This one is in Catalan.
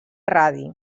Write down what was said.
radi